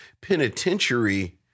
penitentiary